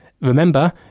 Remember